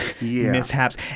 mishaps